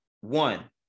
One